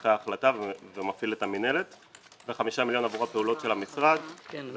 אחרי ההחלטה ומפעיל את המינהלת; ו-5 מיליון עבור הפעולות של המשרד זה